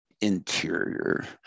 interior